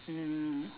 mm